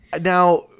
Now